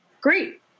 great